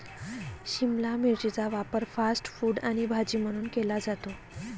शिमला मिरचीचा वापर fast food आणि भाजी म्हणून केला जातो